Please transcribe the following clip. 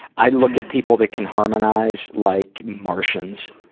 i look at people that can harmonize like martians.